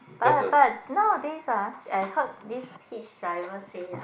but but nowadays ah I heard this hitch driver say ah